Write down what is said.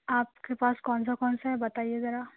آپ کے پاس کون سا کون سا ہے بتائیے ذرا